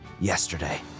yesterday